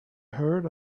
heard